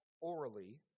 orally